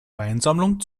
weinsammlung